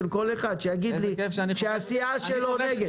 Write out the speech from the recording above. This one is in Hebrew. כל אחד שיגיד לי שהסיעה שלו נגד.